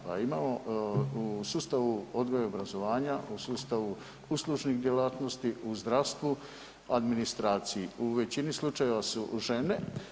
Pa imamo u sustavu odgoja i obrazovanja u sustavu uslužnih djelatnosti, u zdravstvu, administraciji u većini slučajeva su žene.